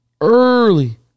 Early